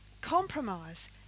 compromise